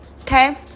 Okay